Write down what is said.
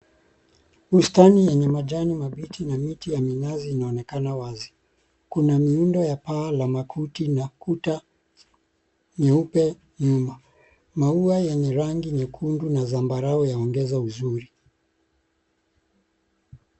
Bustani yenye majani mabichi na miti ya minazi inayoonekana wazi. Kuna miundo ya paa la makuti na kuta nyeupe nyuma. Maua yenye rangi nyekundu na zambarao yaongeza uzuri.